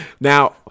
now